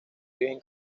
origen